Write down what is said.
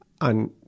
on